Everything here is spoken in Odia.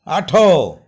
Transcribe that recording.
ଆଠ